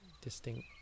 distinct